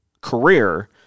career